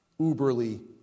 uberly